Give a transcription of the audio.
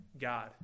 God